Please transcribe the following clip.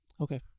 Okay